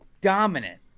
dominant